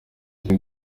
jolly